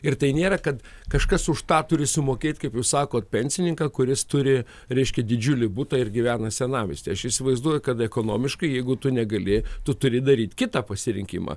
ir tai nėra kad kažkas už tą turi sumokėt kaip jūs sakot pensininką kuris turi reiškia didžiulį butą ir gyvena senamiestyje aš įsivaizduoju kad ekonomiškai jeigu tu negali tu turi daryt kitą pasirinkimą